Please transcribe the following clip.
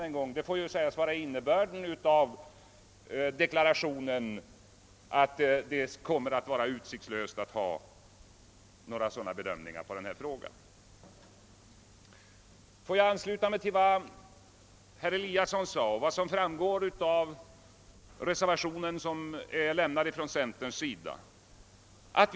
Innebörden av kommunikationsministerns deklaration är ju att det är utsiktslöst att få gehör för några andra bedömningar än regeringens på frågan om vägmedlen. Sedan vill jag anknyta till vad herr Eliasson i Sundborn sade och till det som står i centerpartiets reservation.